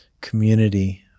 community